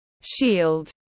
Shield